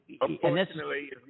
unfortunately